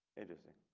interesting.